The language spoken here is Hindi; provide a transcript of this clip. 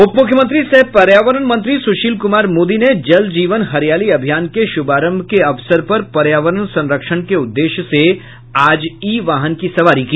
उप मुख्यमंत्री सह पर्यावरण मंत्री सुशील कुमार मोदी ने जल जीवन हरियाली अभियान के शुभारंभ के अवसर पर पर्यावरण संरक्षण के उद्देश्य से आज ई वाहन की सवारी की